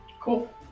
Cool